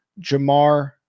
jamar